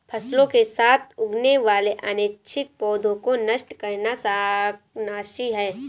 फसलों के साथ उगने वाले अनैच्छिक पौधों को नष्ट करना शाकनाशी है